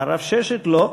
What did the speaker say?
אמר רב ששת: לא,